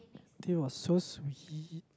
that was so sweet